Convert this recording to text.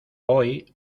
hoy